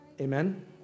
Amen